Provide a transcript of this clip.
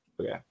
Okay